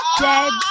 dead